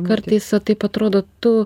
kartais va taip atrodo tu